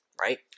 right